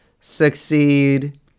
Succeed